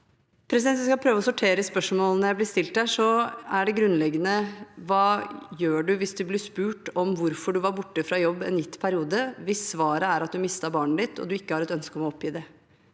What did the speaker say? Når jeg skal prø- ve å sortere spørsmålene jeg blir stilt her, er det grunnleggende: Hva gjør du hvis du blir spurt om hvorfor du var borte fra jobb en gitt periode hvis svaret er at du har mistet barnet ditt, og du ikke har et ønske om å oppgi det?